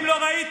ואם לא ראית,